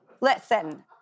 Listen